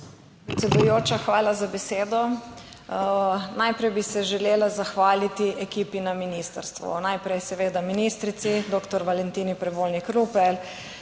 hvala za besedo. Najprej bi se želela zahvaliti ekipi na ministrstvu, najprej seveda ministrici doktor Valentini Prevolnik Rupel,